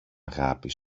αγάπη